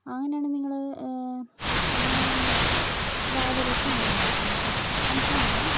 അങ്ങനെയാണേൽ നിങ്ങൾ അന്ന് രാവിലെ ഒരു എട്ട് മണിയാവുമ്പോൾ ഇവിടെത്തണോട്ടോ കൺഫേമാണേ